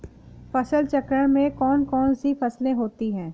फसल चक्रण में कौन कौन सी फसलें होती हैं?